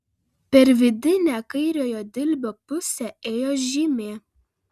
per vidinę kairiojo dilbio pusę ėjo žymė